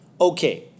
okay